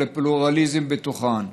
והפלורליזם בתוכם.